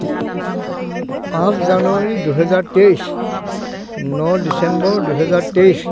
পাঁচ জানুৱাৰী দুহেজাৰ তেইছ ন ডিচেম্বৰ দুহেজাৰ তেইছ